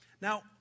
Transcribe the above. Now